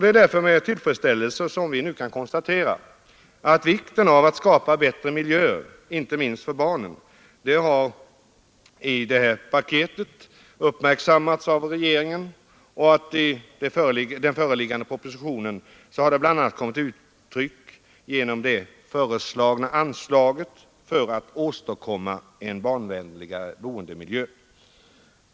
Det är därför med tillfredsställelse som vi nu kan konstatera att vikten av att skapa bättre miljöer, inte minst för barnen, har uppmärksammats av regeringen i det här paketet, och i den föreliggande propositionen bl.a. kommit till uttryck genom det föreslagna anslaget för att åstadkomma en mera barnvänlig boendemiljö.